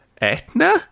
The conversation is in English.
Etna